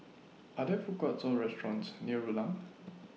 Are There Food Courts Or restaurants near Rulang